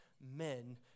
men